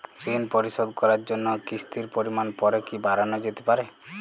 ঋন পরিশোধ করার জন্য কিসতির পরিমান পরে কি বারানো যেতে পারে?